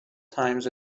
times